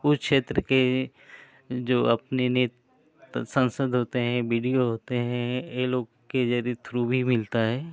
उस क्षेत्र के जो अपने नेत सांसद होते हैं बी डी ओ होते हैं इन लोगों के यदि थ्रू भी मिलता है